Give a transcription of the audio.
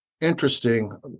interesting